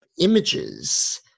images